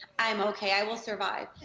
i'm okay, i will survive.